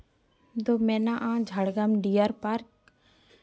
ᱫᱚ ᱢᱮᱱᱟᱜᱼᱟ Jhargram deer park